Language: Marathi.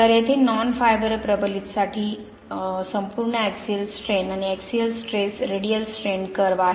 तर येथे नॉन फायबर प्रबलित UHPC साठी संपूर्ण ऍक्सिअल स्ट्रेन आणि axial stress radial strain curve आहेत